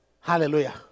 hallelujah